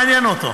מעניין אותו.